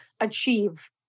achieve